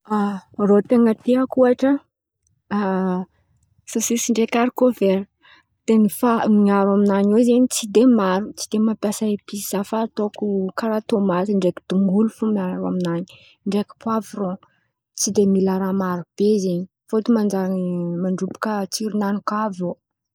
Rô ten̈a tiako ohatra sôsisy ndraiky harikôvera de fa miaro amin̈any ao zen̈y tsy de maro, tsy de mampiasa episy zah fa ataoko karà tômaty ndraiky dongolo fo miaro amin̈any ndraiky poavron tsy de mila maro be zen̈y fôtony manjary mandrobaka tsiron̈any kà avô.